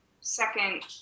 second